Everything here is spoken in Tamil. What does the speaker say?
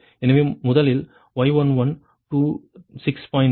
எனவே முதலில் Y11 26